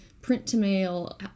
print-to-mail